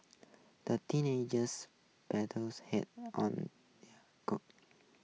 the teenagers paddles hard on goat